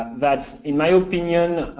that in my opinion,